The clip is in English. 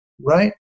right